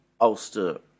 Ulster